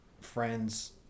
friends